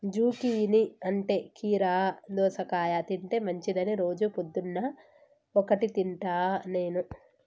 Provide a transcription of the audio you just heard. zucchini అంటే కీరా దోసకాయ తింటే మంచిదని రోజు పొద్దున్న ఒక్కటి తింటా నేను